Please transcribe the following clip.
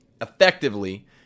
Effectively